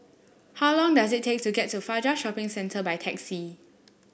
how long does it take to get to Fajar Shopping Centre by taxi